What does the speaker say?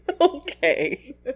Okay